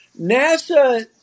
NASA